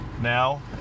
now